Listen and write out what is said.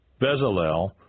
Bezalel